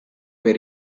per